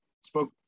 spoke